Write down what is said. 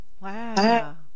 Wow